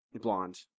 Blonde